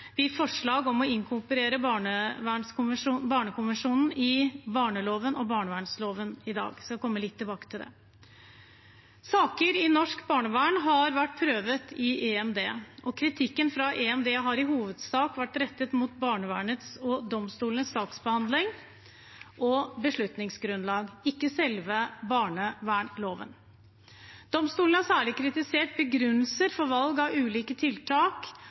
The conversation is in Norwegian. vi forslag om å inkorporere barnekonvensjonen i barneloven og barnevernsloven i dag. Jeg skal komme litt tilbake til det. Saker i norsk barnevern har vært prøvd i EMD. Kritikken fra EMD har i hovedsak vært rettet mot barnevernets og domstolenes saksbehandling og beslutningsgrunnlag, ikke selve barnevernloven. Domstolen har særlig kritisert at begrunnelser for valg av ulike tiltak,